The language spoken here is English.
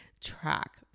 track